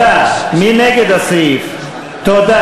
מי נגד, ירים את היד.